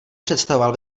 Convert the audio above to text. představoval